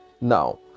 now